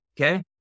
okay